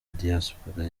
diaspora